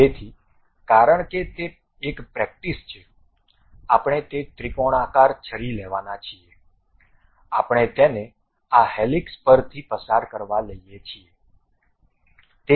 તેથી કારણ કે તે એક પ્રેક્ટિસ છે આપણે તે ત્રિકોણાકાર છરી લેવાના છીએ આપણે તેને આ હેલિક્સ પર થી પસાર કરવા લઈએ છીએ